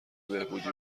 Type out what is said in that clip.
بهبودی